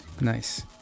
nice